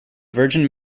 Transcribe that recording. virgin